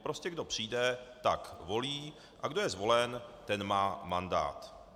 Prostě kdo přijde, tak volí, a kdo je zvolen, ten má mandát.